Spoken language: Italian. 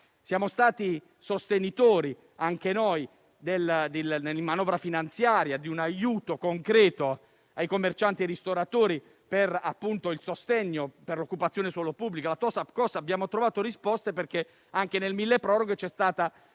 Siamo stati sostenitori anche noi, nella manovra finanziaria, di un aiuto concreto ai commercianti e ai ristoratori per il sostegno all'occupazione del suolo pubblico, la TOSAP; a questo abbiamo trovato risposte perché anche nel milleproroghe c'è stata,